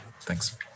Thanks